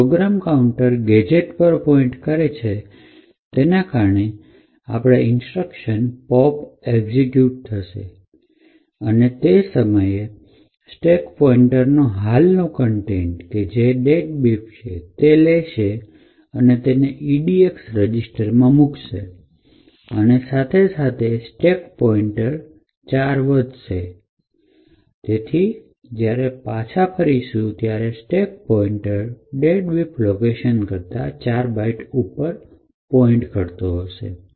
હવે program counter gadget પર point કરે છે તેના કારણે આપણે ઇન્સ્ટ્રક્શન pop એક્ઝિક્યુટ થશે અને તે સ્ટેક પોઇન્ટર નો હાલનો કન્ટેન્ટ કે જે deadbeef છે તે લેશે અને એને edx રજીસ્ટરમાં મૂકશે અને સાથે સાથે સ્ટેક પોઈન્ટ અને ૪ થી વધારશે તેથી જ્યારે પાછા ફરીશું ત્યારે state પોઇન્ટર deadbeef લોકેશન કરતા ચાર bite ઉપર પોઇન્ટ કરતો હશે